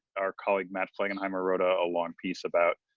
our colleague matt flegenheimer wrote ah a long piece about